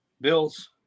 Bills